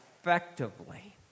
effectively